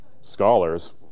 scholars